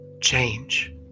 Change